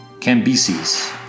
Cambyses